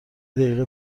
دقیقه